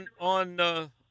on